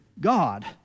God